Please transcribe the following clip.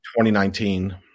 2019